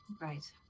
Right